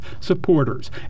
supporters